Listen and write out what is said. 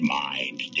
mind